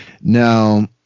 Now